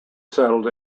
settled